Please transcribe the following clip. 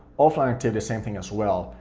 offline activity same thing as well.